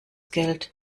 geld